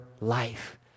life